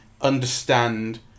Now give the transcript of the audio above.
understand